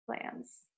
plans